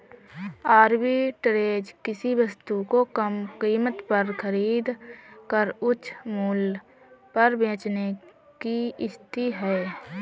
arbitrage किसी वस्तु को कम कीमत पर खरीद कर उच्च मूल्य पर बेचने की स्थिति है